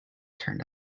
turned